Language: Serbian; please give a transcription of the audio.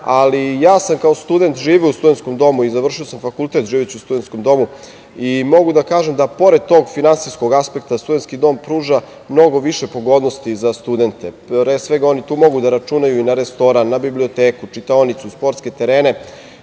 rešenje. Kao student sam živeo u studenskom domu i završio sam fakultet živeći u studenskom domu i mogu da kažem da pored tog finansijskog aspekta studentski dom pruža mnogo više pogodnosti za studente. Pre svega, oni tu mogu da računaju na restoran, na biblioteku, čitaonicu, sportske terene